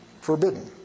forbidden